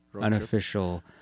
unofficial